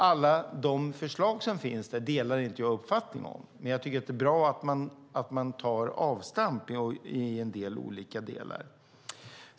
Alla de förslag som finns där delar jag inte uppfattning om, men det är bra att man tar avstamp i en del olika delar.